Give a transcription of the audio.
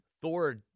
Thor